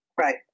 right